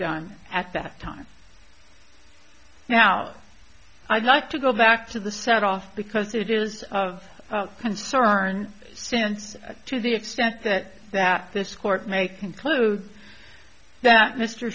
done at that time now i'd like to go back to the set off because it is of concern since to the extent that that this court may conclude that mr